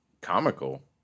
Comical